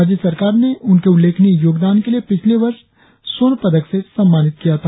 राज्य सरकार ने उनके उल्लेखनीय योगदान के लिए पिछले वर्ष स्वर्ण पदक से सम्मानित किया था